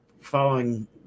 following